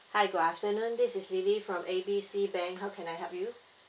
hi good afternoon this is lily from A B C bank how can I help you